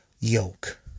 yoke